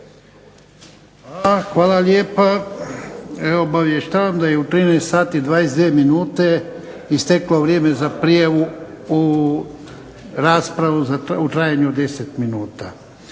Hvala lijepa. Evo obavještavam da je u 13,22 minute isteklo vrijeme za prijavu raspravu u trajanju od 10 minuta.